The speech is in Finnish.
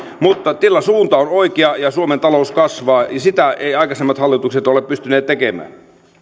suunta on oikea ja suomen talous kasvaa ja sitä eivät aikaisemmat hallitukset ole pystyneet tekemään